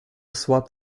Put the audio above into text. swapped